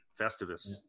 Festivus